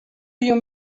you